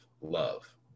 love